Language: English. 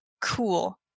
cool